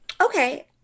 okay